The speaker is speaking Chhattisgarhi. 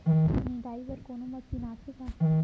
निंदाई बर कोनो मशीन आथे का?